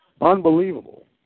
Unbelievable